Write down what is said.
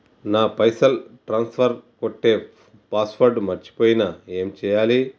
నా పైసల్ ట్రాన్స్ఫర్ కొట్టే పాస్వర్డ్ మర్చిపోయిన ఏం చేయాలి?